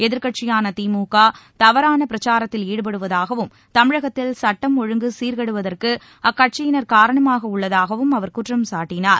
எதிர்க்கட்சியான திமுக தவறான பிரச்சாரத்தில் ஈடுபடுவதாகவும் தமிழகத்தில் சட்டம் ஒழுங்கு சீர்கெடுவதற்கு அக்கட்சியினர் காரணமாக உள்ளதாகவும் அவர் குற்றம் சாட்டினார்